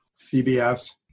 CBS